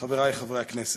חברי חברי הכנסת,